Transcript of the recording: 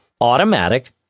automatic